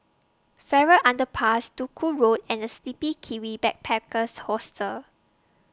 Farrer Underpass Duku Road and The Sleepy Kiwi Backpackers Hostel